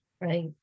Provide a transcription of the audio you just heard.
Right